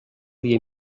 via